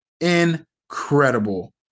incredible